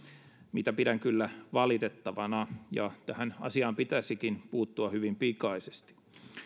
mitä pidän kyllä valitettavana ja tähän asiaan pitäisikin puuttua hyvin pikaisesti